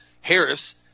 Harris